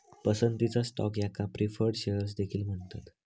पसंतीचा स्टॉक याका preferred shares देखील म्हणतत